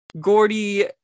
Gordy